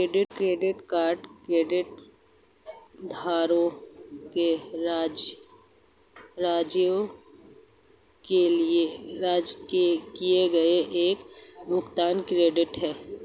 credit card कार्डधारकों को जारी किया गया एक भुगतान कार्ड है